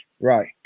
Right